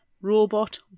Robot